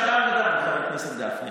בחיים אפשר גם וגם, חבר הכנסת גפני.